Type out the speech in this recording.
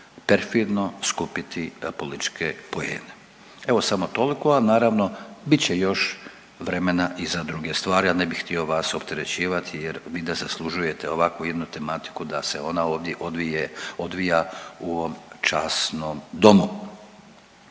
perfidno skupiti političke poene. Evo samo toliko, ali naravno bit će još vremena i za druge stvari, a ne bih htio vas opterećivati jer vi ne zaslužujete ovakvu jednu tematiku da se ona ovdje odvija u ovom časnom domu.